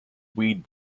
weed